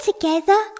together